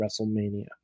WrestleMania